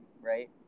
right